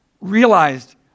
realized